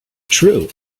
true